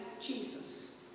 jesus